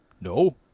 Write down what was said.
no